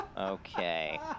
Okay